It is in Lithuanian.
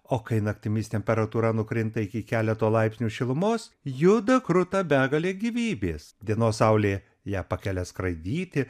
o kai naktimis temperatūra nukrinta iki keleto laipsnių šilumos juda kruta begalė gyvybės dienos saulė ją pakelia skraidyti